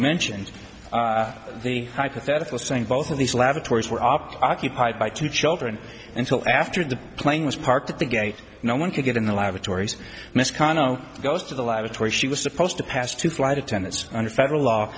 mentioned the hypothetical saying both of these laboratories were off occupied by two children until after the plane was parked at the gate no one could get in the lavatories miss cano goes to the lavatory she was supposed to pass two flight attendants under federal law